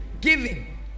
Giving